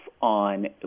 on